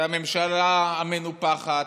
שהממשלה המנופחת,